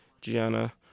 Gianna